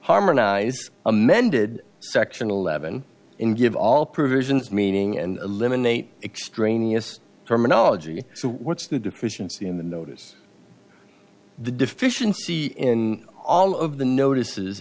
harmonize amended section eleven and give all provisions meaning and eliminate extraneous terminology so what's the deficiency in the notice the deficiency in all of the notices